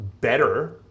better